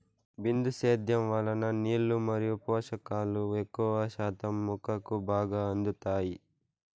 బిందు సేద్యం వలన నీళ్ళు మరియు పోషకాలు ఎక్కువ శాతం మొక్కకు బాగా అందుతాయి